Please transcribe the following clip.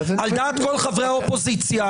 על דעת כל חברי האופוזיציה,